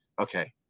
okay